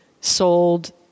sold